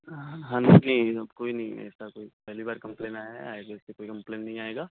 ہاں نہیں اب کوئی نہیں ہے ایسا کوئی پہلی بار کمپلین آیا ہے آئندہ سے کوئی کمپلین نہیں آئے گا